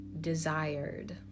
desired